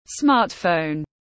smartphone